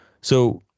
So-